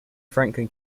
franklin